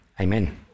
Amen